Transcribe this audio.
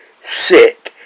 sick